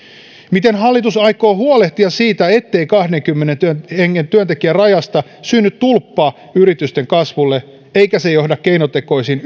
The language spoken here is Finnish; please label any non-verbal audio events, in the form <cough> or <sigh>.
miten hallitus aikoo huolehtia siitä ettei kahdenkymmenen työntekijän rajasta synny tulppaa yritysten kasvulle eikä se johda keinotekoisiin <unintelligible>